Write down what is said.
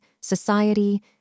society